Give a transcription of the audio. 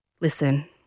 Listen